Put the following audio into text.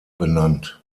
benannt